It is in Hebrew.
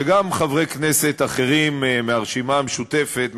וגם חברי כנסת אחרים מהרשימה המשותפת,